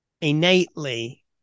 innately